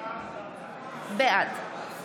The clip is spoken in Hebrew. בעד